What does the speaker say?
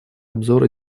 обзора